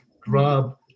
grab